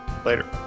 later